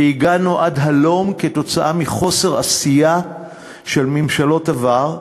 ושהגענו עד הלום עקב חוסר עשייה של ממשלות עבר.